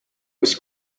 was